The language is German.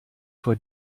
vor